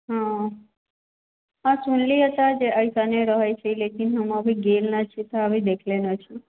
हँ हँ सुनलिऐ तऽ जे एहिसने रहै छै लेकिन हम अभी गेल नहि छी तऽ अभी देखले न छी